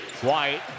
White